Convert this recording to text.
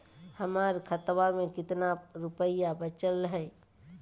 हमर खतवा मे कितना रूपयवा बचल हई?